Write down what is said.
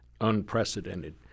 unprecedented